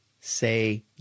say